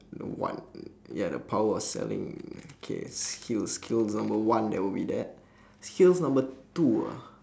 you know what ya the power of selling K skills skills number one that would be that skills number two ah